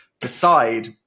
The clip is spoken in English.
decide